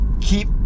keep